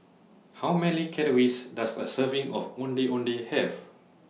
How Many Calories Does A Serving of Ondeh Ondeh Have